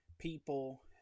people